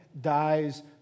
dies